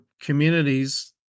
communities